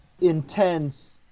intense